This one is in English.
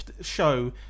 show